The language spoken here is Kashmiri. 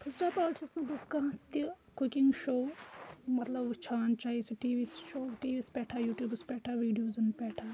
فسٹہٕ آف آل چھس نہٕ بہٕ کانٛہہ تہِ کُکِنگ شووُک مَطلَب وُچھان چھ چاہے سُہ T V show T V یَس پٮ۪ٹھ ہا یوٹیوبَس پٮ۪ٹھ ہا ویڈیوزَن پٮ۪ٹھ ہا